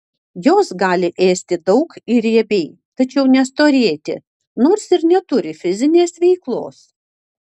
jos gali ėsti daug ir riebiai tačiau nestorėti nors ir neturi fizinės veiklos